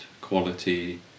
quality